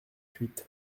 huit